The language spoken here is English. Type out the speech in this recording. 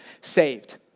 saved